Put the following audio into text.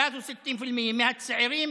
מהצעירים